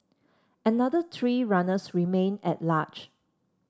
another three runners remain at large